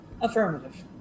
Affirmative